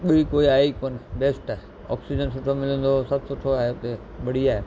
ॿी कोई आहे ई कोन बेस्ट आहे ऑक्सीजन सुठो मिलंदो सभु सुठो आहे उते बढ़िया आहे